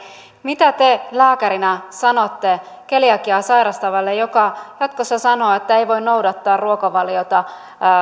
mitä te lääkärinä sanotte keliakiaa sairastavalle joka jatkossa sanoo että ei voi noudattaa